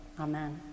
Amen